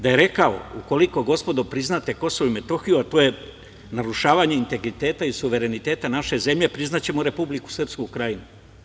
Da je rekao – ukoliko, gospodo, priznate Kosovo i Metohiju, a to je narušavanje integriteta i suvereniteta naše zemlje, priznaćemo Republiku Srpsku Krajinu.